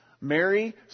Mary